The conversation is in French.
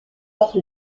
par